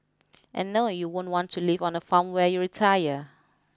and no you won't want to live on a farm when you retire